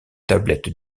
tablettes